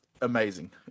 amazing